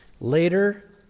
Later